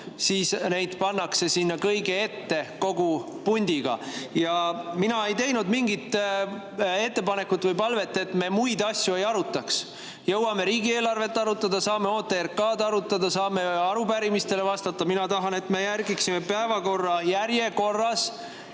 siis need pannakse sinna kõige ette kogu pundiga. Mina ei teinud mingit ettepanekut või palvet, et me muid asju ei arutaks. Jõuame riigieelarvet arutada, saame OTRK-d arutada, saame arupärimistele vastata. Mina tahan, et me järgiksime päevakorra järjekorra